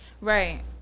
Right